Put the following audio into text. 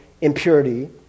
impurity